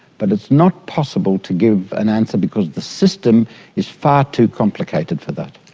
but it's not possible to give an answer because the system is far too complicated for that.